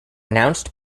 announced